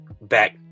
back